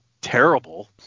terrible